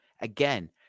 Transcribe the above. again